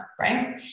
right